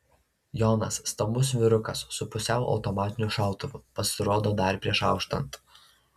jonas stambus vyrukas su pusiau automatiniu šautuvu pasirodo dar prieš auštant